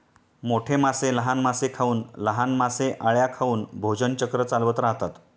मोठे मासे लहान मासे खाऊन, लहान मासे अळ्या खाऊन भोजन चक्र चालवत राहतात